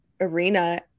arena